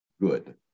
good